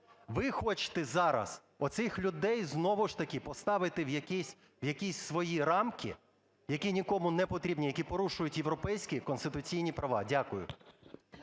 Ви хочете зараз оцих людей знову ж таки поставити в якісь свої рамки, які нікому не потрібні, які порушують європейські конституційні права. Дякую.